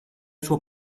suo